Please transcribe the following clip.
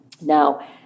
now